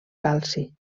calci